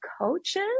coaches